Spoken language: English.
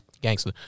Gangster